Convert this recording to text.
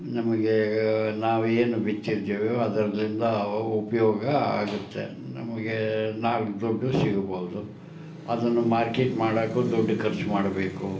ನಮಗೆ ನಾವು ಏನು ಬಿಚ್ಚಿದ್ದೆವು ಅದರಿಂದ ಉಪಯೋಗ ಆಗುತ್ತೆ ನಮಗೆ ನಾಲ್ಕು ದುಡ್ಡು ಸಿಗ್ಬೋದು ಅದನ್ನು ಮಾರ್ಕೆಟ್ ಮಾಡಕ್ಕೂ ದುಡ್ಡು ಖರ್ಚು ಮಾಡಬೇಕು